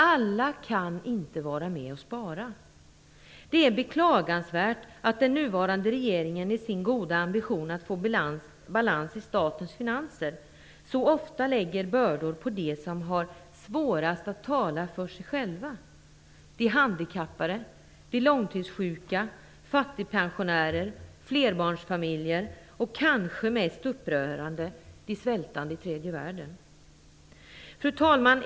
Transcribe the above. Alla kan inte vara med och spara. Det är beklagansvärt att den nuvarande regeringen i sin goda ambition att få balans i statens finanser så ofta lägger bördor på dem som har svårast att tala för sig själva: de handikappade, de långtidssjuka, fattigpensionärer, flerbarnsfamiljer och - kanske mest upprörande - de svältande i tredje världen. Fru talman!